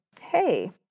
hey